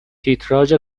تیتراژ